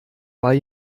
war